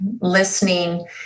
listening